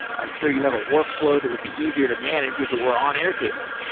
i'm sure you have a workflow that would be easier to manage if it were on airtable.